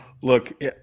Look